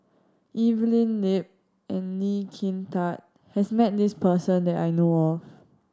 Evelyn Lip and Lee Kin Tat has met this person that I know of